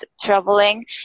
traveling